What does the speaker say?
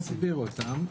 נסביר אותם.